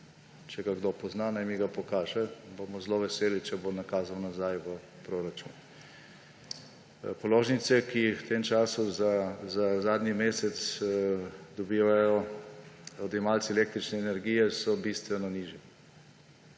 Če ga kdo pozna, naj mi ga pokaže, bomo zelo veseli, če bo nakazal nazaj v proračun. Položnice, ki jih v tem času za zadnji mesec dobivajo odjemalci električne energije, so bistveno nižje.